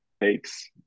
takes